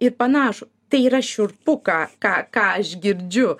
ir panašų tai yra šiurpu ką ką ką aš girdžiu